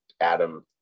Adam